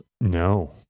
No